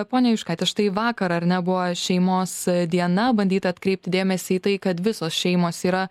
ponia juškaite štai vakar ar ne buvo šeimos diena bandyta atkreipti dėmesį į tai kad visos šeimos yra